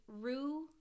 rue